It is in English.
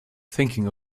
thinking